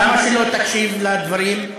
למה שלא תקשיב לדברים?